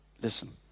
Listen